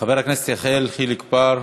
חבר הכנסת יחיאל חיליק בר,